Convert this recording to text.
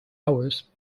hours